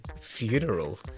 funeral